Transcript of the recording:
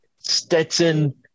Stetson